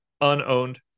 unowned